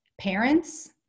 parents